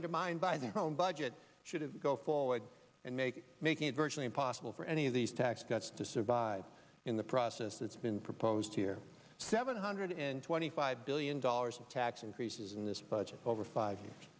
undermined by their own budget should have go forward and make making it virtually impossible for any of these tax cuts to survive in the process that's been proposed here seven hundred and twenty five billion dollars in tax increases in this budget over five